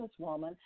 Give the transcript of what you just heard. businesswoman